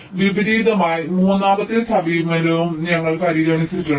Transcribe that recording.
അതിനാൽ വിപരീതമായി മൂന്നാമത്തെ സമീപനവും ഞങ്ങൾ പരിഗണിച്ചിട്ടുണ്ട്